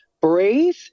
breathe